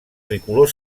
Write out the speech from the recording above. tricolor